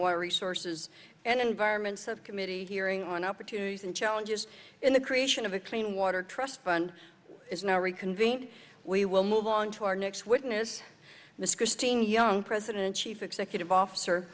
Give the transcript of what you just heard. water resources and environment subcommittee hearing on opportunities and challenges in the creation of a clean water trust fund is now reconvened we will move on to our next witness this christine young president and chief executive officer